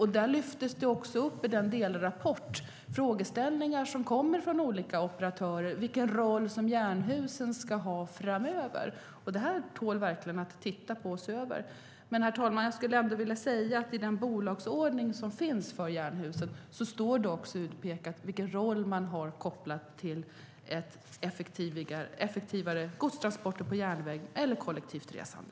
I delrapporten lyfts också frågeställningar fram som kommer från olika operatörer om vilken roll som Jernhusen ska ha framöver. Det tål verkligen att ses över. Herr talman! I den bolagsordning som finns för Jernhusen står det också vilken roll som man har kopplat till effektivare godstransporter på järnväg och kollektivt resande.